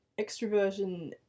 extroversion